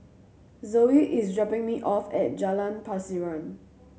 Zoe is dropping me off at Jalan Pasiran